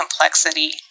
complexity